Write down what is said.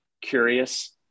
curious